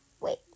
Wait